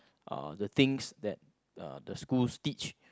uh the things that the schools teach